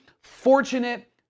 fortunate